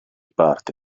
parte